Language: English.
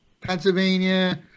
Pennsylvania